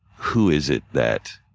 who is it that